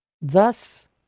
Thus